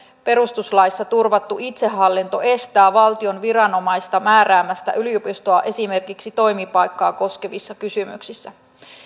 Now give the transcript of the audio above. perustuslaissa turvattu itsehallinto estää valtion viranomaista määräämästä yliopistoa esimerkiksi toimipaikkaa koskevissa kysymyksissä